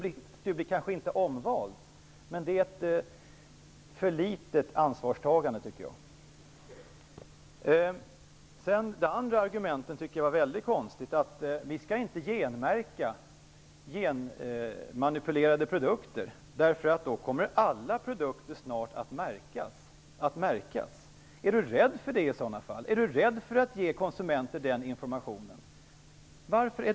Visst, han kanske inte blir omvald, men jag tycker att ansvarstagandet är för litet. Det andra argumentet tycker jag var väldigt konstigt. Det innebar att vi inte skall genmärka genmanipulerade produkter därför att alla produkter i så fall snart skulle bli märkta. Är Peter Weibull Bernström rädd för det? Är han rädd för att ge konsumenterna den informationen? Varför det?